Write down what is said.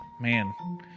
man